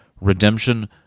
redemption